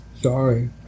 Sorry